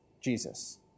Jesus